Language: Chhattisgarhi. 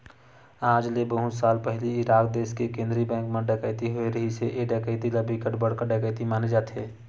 आज ले बहुत साल पहिली इराक देस के केंद्रीय बेंक म डकैती होए रिहिस हे ए डकैती ल बिकट बड़का डकैती माने जाथे